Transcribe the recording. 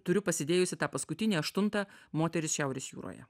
turiu pasidėjusi tą paskutinį aštuntą moteris šiaurės jūroje